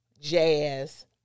jazz